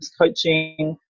coaching